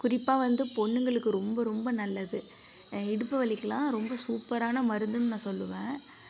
குறிப்பாக வந்து பொண்ணுங்களுக்கு ரொம்ப ரொம்ப நல்லது இடுப்பு வலிக்கலாம் ரொம்ப சூப்பரான மருந்துன்னு நான் சொல்லுவேன்